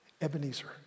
Ebenezer